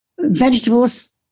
Vegetables